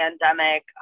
pandemic